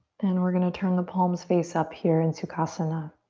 then we're gonna turn the palms face up here in sukhasana.